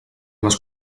les